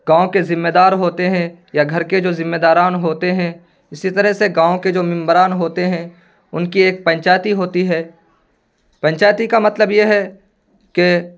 گاؤں کے ذمہ دار ہوتے ہیں یا گھر کے جو ذمہ داران ہوتے ہیں اسی طرح سے گاؤں کے جو ممبران ہوتے ہیں ان کی ایک پنچایتی ہوتی ہے پنچایتی کا مطلب یہ ہے کہ